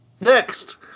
Next